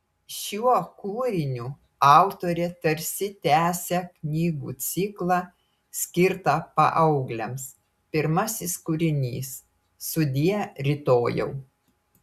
šiuo kūriniu autorė tarsi tęsia knygų ciklą skirtą paaugliams pirmasis kūrinys sudie rytojau